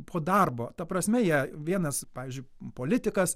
po darbo ta prasme jie vienas pavyzdžiui politikas